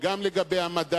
גם לגבי עומק הגירעון,